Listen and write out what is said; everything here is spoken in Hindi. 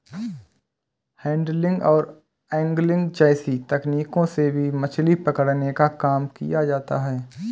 हैंडलिंग और एन्गलिंग जैसी तकनीकों से भी मछली पकड़ने का काम किया जाता है